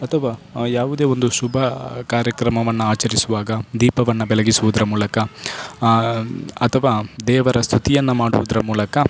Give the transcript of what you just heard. ಅಥವಾ ಯಾವುದೇ ಒಂದು ಶುಭ ಕಾರ್ಯಕ್ರಮವನ್ನು ಆಚರಿಸುವಾಗ ದೀಪವನ್ನು ಬೆಳಗಿಸುವುದರ ಮೂಲಕ ಅಥವಾ ದೇವರ ಸ್ತುತಿಯನ್ನು ಮಾಡುವುದರ ಮೂಲಕ